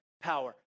power